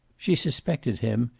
she suspected him,